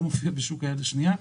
לא מופיע בשוק היד השנייה.